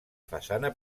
façana